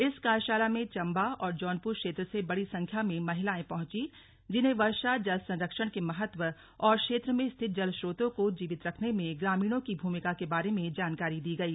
इस कार्यशाला में चम्बा और जौनपुर क्षेत्र से बड़ी संख्या में महिलाएं पहुंचीं जिन्हें वर्षा जल संरक्षण के महत्व और क्षेत्र में स्थित जल च्रोतों को जीवित रखने में ग्रामीणों की भूमिका के बारे मे जानकारी दी गई